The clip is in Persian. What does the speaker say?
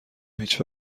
هیچ